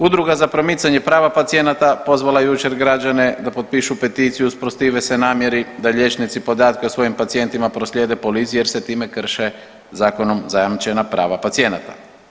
Udruga za promicanje prava pacijenata pozvala je jučer građane da potpišu peticiju, usprotive se namjeri da liječnici podatke o svojim pacijentima proslijede policiji jer se time krše zakonom zajamčena prava pacijenata.